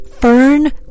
Fern